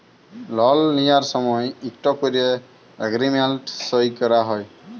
লল লিঁয়ার সময় ইকট ক্যরে এগ্রীমেল্ট সই ক্যরা হ্যয়